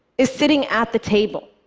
is sitting at the table,